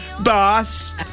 boss